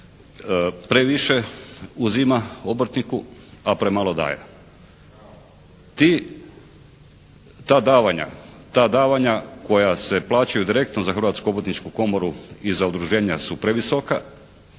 previše uzima obrtniku, a premalo daje. Ta davanja koja se plaćaju direktno za Hrvatsku obrtničku komoru i za udruženja su previsoka,